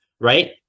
right